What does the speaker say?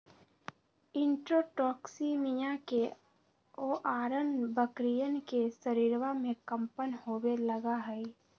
enterotoxaemia के अआरण बकरियन के शरीरवा में कम्पन होवे लगा हई